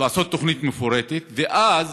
לעשות תוכנית מפורטת, ואז